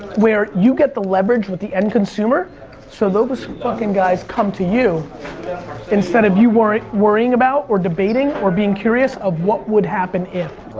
where you get the leverage with the end consumer so those fucking guys come to you instead of you worrying worrying about or debating or being curious of what would happen if.